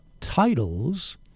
titles